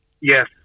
Yes